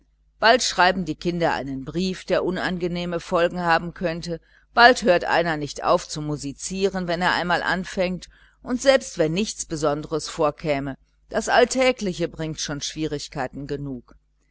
bald schreiben die kinder einen brief der unangenehme folgen haben könnte bald hört einer nicht auf zu musizieren wenn er einmal anfängt und selbst wenn nichts besonderes vorkäme das alltägliche bringt schon schwierigkeiten genug